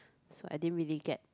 so I didn't really get